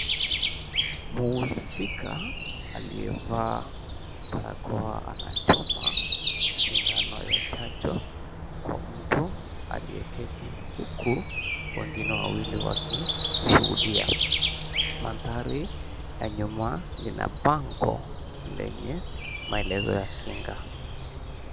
Mhusika aliyevaa barakoa anachoma sindano ya chanjo kwa mtu aliyeketi huku wengine wawili wakishuhudia. Mandhari ya nyuma lina bango lenye maelezo ya kinga.